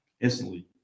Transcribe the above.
Instantly